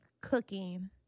cooking